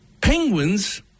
Penguins